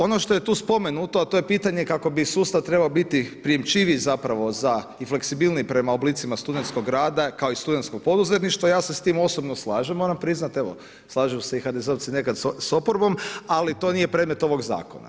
Ono što je tu spomenuto, a to je pitanje kako bi sustav trebao biti primjećiviji zapravo za i fleksibilniji prema oblicima studentskog rada, kao i studentskog poduzetništva, ja se s tim osobno slažem moram priznat, evo slažu se i HDZ-ovci nekad s oporbom, ali to nije predmet ovog zakona.